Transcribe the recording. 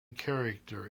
character